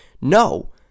No